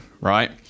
right